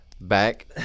back